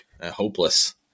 Hopeless